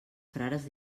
frares